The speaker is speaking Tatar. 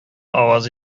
аваз